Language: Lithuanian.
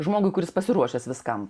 žmogui kuris pasiruošęs viskam